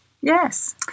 Yes